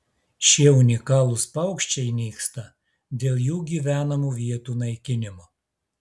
šie unikalūs paukščiai nyksta dėl jų gyvenamų vietų naikinimo